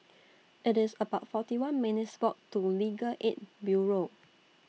IT IS about forty one minutes' Walk to Legal Aid Bureau